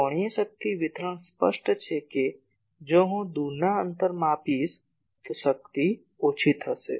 કોણીય શક્તિ વિતરણ સ્પષ્ટ છે કે જો હું દુરના અંતર પર માપીશ તો શક્તિ ઓછી થશે